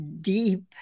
deep